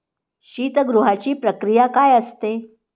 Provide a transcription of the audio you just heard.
शीतगृहाची प्रक्रिया काय असते?